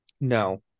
No